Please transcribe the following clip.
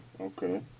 okay